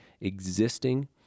existing